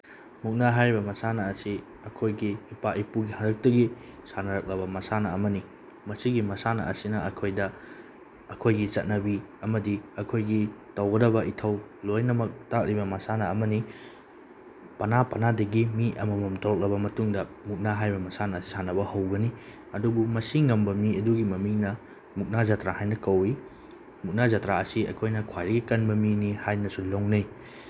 ꯃꯨꯛꯅꯥ ꯍꯥꯏꯔꯤꯕ ꯃꯁꯥꯟꯅ ꯑꯁꯤ ꯑꯩꯈꯣꯏꯒꯤ ꯏꯄꯥ ꯏꯄꯨ ꯍꯥꯛꯇꯛꯇꯒꯤ ꯁꯥꯟꯅꯔꯛꯂꯕ ꯃꯁꯥꯟꯅ ꯑꯃꯅꯤ ꯃꯁꯤꯒꯤ ꯃꯁꯥꯟꯅ ꯑꯁꯤꯅ ꯑꯩꯈꯣꯏꯗ ꯑꯩꯈꯣꯏꯒꯤ ꯆꯠꯅꯕꯤ ꯑꯃꯗꯤ ꯑꯩꯈꯣꯏꯒꯤ ꯇꯧꯒꯗꯕ ꯏꯊꯧ ꯂꯣꯏꯅꯃꯛ ꯇꯥꯛꯂꯤꯕ ꯃꯁꯥꯟꯅ ꯑꯃꯅꯤ ꯄꯅꯥ ꯄꯅꯥꯗꯒꯤ ꯃꯤ ꯑꯃꯃꯝ ꯊꯣꯛꯂꯛꯂꯕ ꯃꯇꯨꯡꯗ ꯃꯨꯛꯅꯥ ꯍꯥꯏꯔꯤꯕ ꯃꯁꯥꯟꯅꯁꯤ ꯁꯥꯟꯅꯕ ꯍꯧꯒꯅꯤ ꯑꯗꯨꯕꯨ ꯃꯁꯤ ꯉꯝꯕ ꯃꯤ ꯑꯗꯨꯒꯤ ꯃꯃꯤꯡꯅ ꯃꯨꯛꯅꯥ ꯖꯇ꯭ꯔꯥ ꯍꯥꯏꯅ ꯀꯧꯋꯤ ꯃꯨꯛꯅꯥ ꯖꯇ꯭ꯔꯥ ꯑꯁꯤ ꯑꯩꯈꯣꯏꯅ ꯈ꯭ꯋꯥꯏꯗꯒꯤ ꯀꯟꯕ ꯃꯤꯅꯤ ꯍꯥꯏꯅꯁꯨ ꯂꯧꯅꯩ